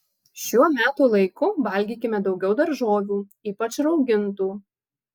šiuo metų laiku valgykime daugiau daržovių ypač raugintų